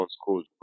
schools